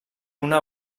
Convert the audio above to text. una